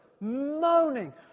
moaning